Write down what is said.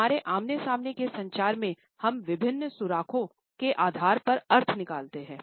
हमारे आमने सामने के संचार में हम विभिन्न सुराखों के आधार पर अर्थ निकालते हैं